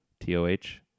T-O-H